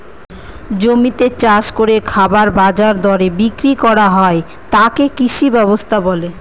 জমিতে চাষ করে খাবার বাজার দরে বিক্রি করা হয় তাকে কৃষি ব্যবস্থা বলে